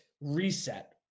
reset